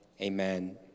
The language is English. amen